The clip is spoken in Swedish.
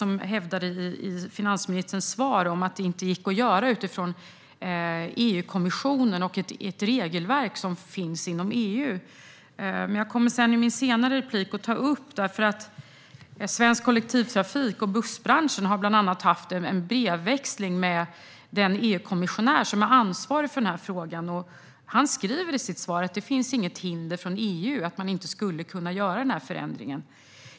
Då hävdades det i finansministerns svar att detta inte var möjligt enligt EU-kommissionen och ett regelverk som finns inom EU. I mitt nästa inlägg kommer jag att ta upp att Svensk Kollektivtrafik och Sveriges Bussföretag har haft en brevväxling med den EU-kommissionär som har ansvar för denna fråga. Han skriver i sitt svar att det inte finns något hinder från EU för att kunna göra denna förändring.